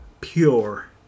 pure